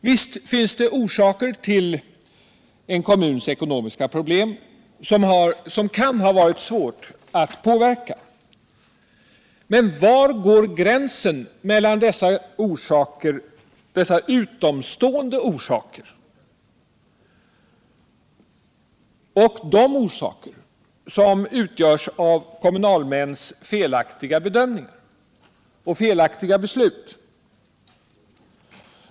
Visst finns det orsaker, som kan ha varit svåra att påverka, till en kommuns ekonomiska problem, men var går gränsen mellan dessa orsaker — dessa utomstående orsaker — och de orsaker som utgörs av kommunalmäns felaktiga bedömningar och felaktiga beslut?